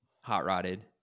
Hot-Rotted